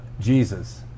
Jesus